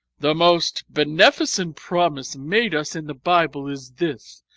the most beneficent promise made us in the bible is this,